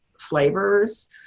flavors